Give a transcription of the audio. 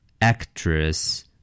actress